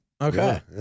okay